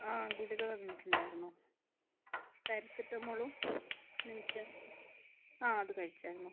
ആ ഗുളിക തന്നിട്ടുണ്ടായിരുന്നു പാരസിറ്റമോളും ആ അത് കഴിച്ചായിരുന്നു